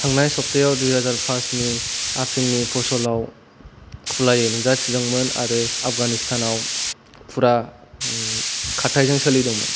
थांनाय सब्थायाव दुइहाजार पासनि आफिंनि फसलयाव खुलायै नुजाथिदोंमोन आरो आफगानिस्तानआव फुरा खारथाइजों सोलिदोंमोन